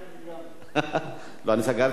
אני סגרתי את הרשימה.